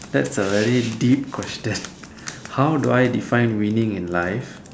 that's a very deep question how do I define winning in life